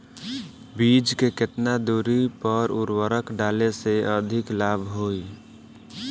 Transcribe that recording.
बीज के केतना दूरी पर उर्वरक डाले से अधिक लाभ होई?